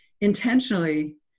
intentionally